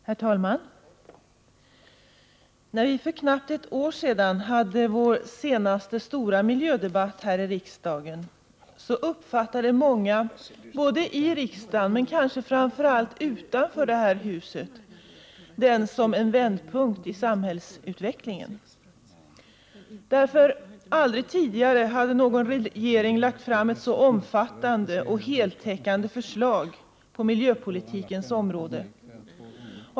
Herr talman! När vi för knappt ett år sedan hade vår senaste stora miljödebatt här i riksdagen uppfattade många — kanske framför allt utanför detta hus — den som en vändpunkt i samhällsutvecklingen. Aldrig tidigare hade någon regering lagt fram ett så omfattande och heltäckande förslag på miljöpolitikens område.